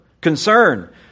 Concern